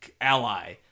ally